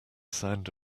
sound